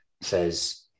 says